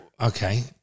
Okay